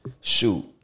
Shoot